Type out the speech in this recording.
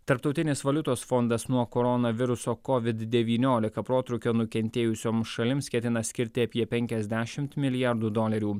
tarptautinis valiutos fondas nuo koronaviruso covid devyniolika protrūkio nukentėjusiom šalims ketina skirti apie penkiasdešimt milijardų dolerių